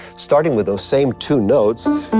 starting with those same two notes.